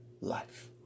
life